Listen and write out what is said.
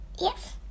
Yes